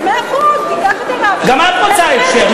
אז מאה אחוז, תיקח את הרב שלי, גם את רוצה הכשר.